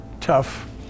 tough